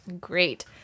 Great